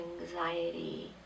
anxiety